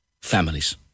families